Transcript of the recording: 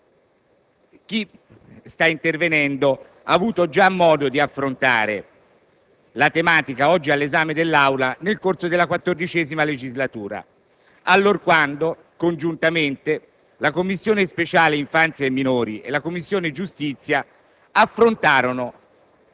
chi sta intervenendo ha avuto già modo di affrontare la tematica oggi all'esame dell'Aula nel corso della XIV legislatura, allorquando, congiuntamente, la Commissione speciale infanzia e minori e la Commissione giustizia affrontarono